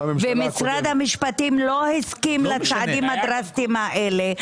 ומשרד המשפטים לא הסכים לצעדים הדרסטיים הללו,